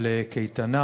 על קייטנה